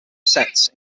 sets